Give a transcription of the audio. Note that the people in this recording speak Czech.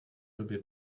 době